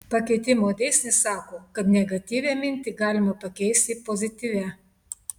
pakeitimo dėsnis sako kad negatyvią mintį galima pakeisti pozityvia